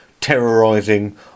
terrorizing